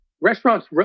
restaurants